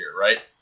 right